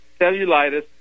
cellulitis